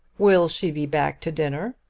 will she be back to dinner?